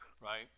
right